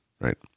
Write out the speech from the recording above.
right